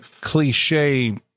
cliche